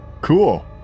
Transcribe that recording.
Cool